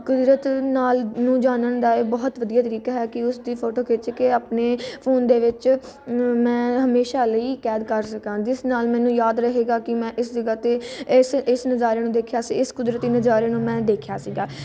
ਕੁਦਰਤ ਨਾਲ ਨੂੰ ਜਾਣਨ ਦਾ ਬਹੁਤ ਵਧੀਆ ਤਰੀਕਾ ਹੈ ਕਿ ਉਸ ਦੀ ਫੋਟੋ ਖਿੱਚ ਕੇ ਆਪਣੇ ਫੋਨ ਦੇ ਵਿੱਚ ਮੈਂ ਹਮੇਸ਼ਾ ਲਈ ਕੈਦ ਕਰ ਸਕਾਂ ਜਿਸ ਨਾਲ ਮੈਨੂੰ ਯਾਦ ਰਹੇਗਾ ਕਿ ਮੈਂ ਇਸ ਜਗ੍ਹਾ 'ਤੇ ਇਸ ਇਸ ਨਜ਼ਾਰੇ ਨੂੰ ਦੇਖਿਆ ਸੀ ਇਸ ਕੁਦਰਤੀ ਨਜ਼ਾਰੇ ਨੂੰ ਮੈਂ ਦੇਖਿਆ ਸੀਗਾ